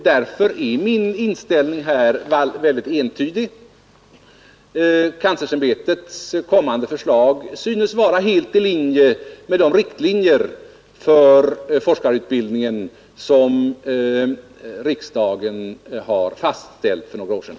Därför är min inställning här entydig. Universitetskanslersämbetets kommande förslag synes vara helt i linje med de riktlinjer för forskarutbildningen som riksdagen har fastställt för några år sedan.